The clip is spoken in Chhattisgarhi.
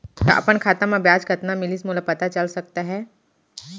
का अपन खाता म ब्याज कतना मिलिस मोला पता चल सकता है?